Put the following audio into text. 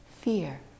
Fear